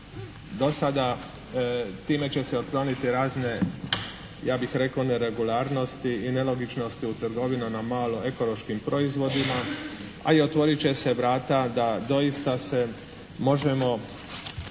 Do sada time će se otkloniti razne ja bih rekao neregularnosti i nelogičnosti u trgovinama malo ekološkim proizvodima a i otvorit će se vrata da doista se možemo